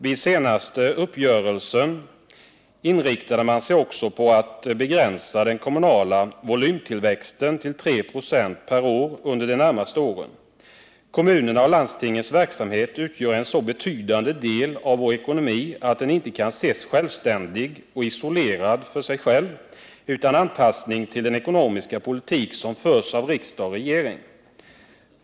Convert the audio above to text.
Vid den senaste uppgörelsen inriktade man sig också på att begränsa den kommunala volymtillväxten till 3 26 per år under de närmaste åren. Kommunernas och landstingens verksamhet utgör en så betydande del av vår ekonomi att den inte kan ses självständig och isolerad utan anpassning till den ekonomiska politik som förs av riksdag och regering.